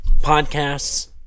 podcasts